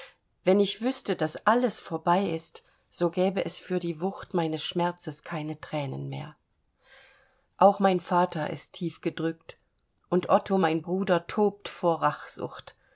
wenn ich wüßte daß alles vorbei ist so gäbe es für die wucht meines schmerzes keine thränen mehr auch mein vater ist tiefgedrückt und otto mein bruder tobt vor rachsucht